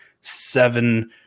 seven –